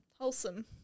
wholesome